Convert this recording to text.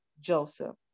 Joseph